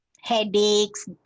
headaches